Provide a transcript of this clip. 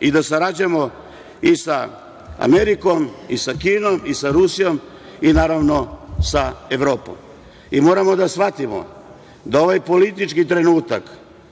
i da sarađujemo i sa Amerikom i sa Kinom i sa Rusijom i, naravno, sa Evropom. Moramo da shvatimo da ovaj politički trenutak